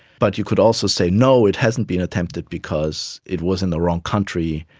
but you could also say no, it hasn't been attempted because it was in the wrong country,